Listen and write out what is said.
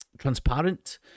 transparent